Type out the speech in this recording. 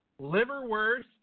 liverwurst